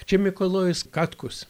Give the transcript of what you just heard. čia mikalojus katkus